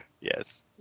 Yes